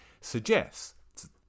suggests